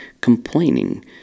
complaining